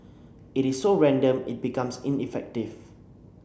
it is so random it becomes ineffective